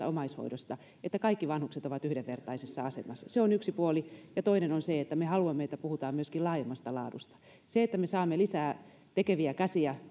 omaishoidosta että kaikki vanhukset ovat yhdenvertaisessa asemassa se on yksi puoli ja toinen on se että me haluamme että puhutaan myöskin laajemmasta laadusta se että me saamme lisää tekeviä käsiä